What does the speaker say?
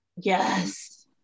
Yes